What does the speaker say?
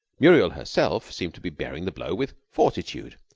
muriel herself seemed to be bearing the blow with fortitude,